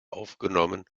aufgenommen